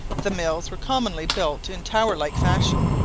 the mills were commonly built in tower-like fashion,